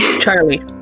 Charlie